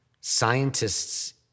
scientists